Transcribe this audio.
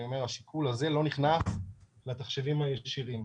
השיקול הזה לא נכנס לתחשיבים הישירים.